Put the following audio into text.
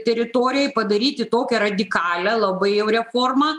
teritorijoj padaryti tokią radikalią labai jau reformą